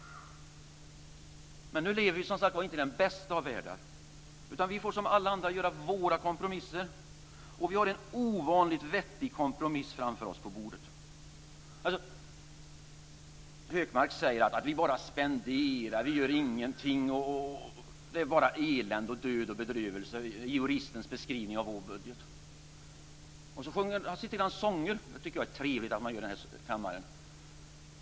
Men nu lever vi, som sagt var, inte i den bästa av världar, utan vi får som alla andra göra våra kompromisser. Och vi har en ovanligt vettig kompromiss framför oss på bordet. Hökmark säger att vi bara spenderar och gör ingenting. Det är bara elände, död och bedrövelse i "Ioristens" beskrivning av vår budget. Dessutom läser han upp sånger. Det tycker jag är trevligt att man gör i kammaren.